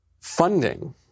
funding